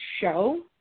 show